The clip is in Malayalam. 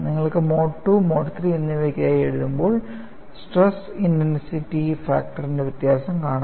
നിങ്ങൾക്ക് മോഡ് II മോഡ് III എന്നിവയ്ക്കായി എഴുതുമ്പോൾ സ്ട്രെസ് ഇന്റൻസിറ്റി ഫാക്ടർൻറെ വ്യത്യാസം കാണാം